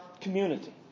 community